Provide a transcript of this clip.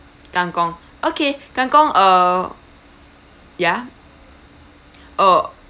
kang kong okay kang kong uh ya oh